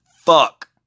fuck